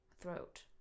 Throat